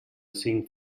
cinc